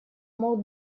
мог